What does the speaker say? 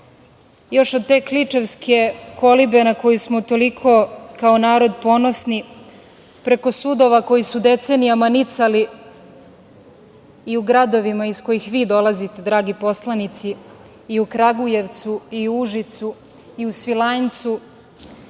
od te kličevske kolibe na koju smo toliko kao narod ponosni, preko sudova koji su decenijama nicali i u gradovima iz kojih vi dolazite dragi poslanici, i u Kragujevcu, Užicu, Svilajncu,